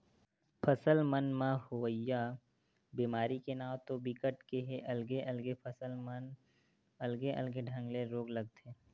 फसल मन म होवइया बेमारी के नांव तो बिकट के हे अलगे अलगे फसल मन म अलगे अलगे ढंग के रोग लगथे